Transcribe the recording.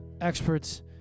experts